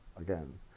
again